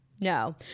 No